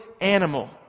animal